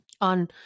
on